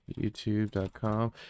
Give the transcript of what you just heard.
YouTube.com